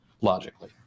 logically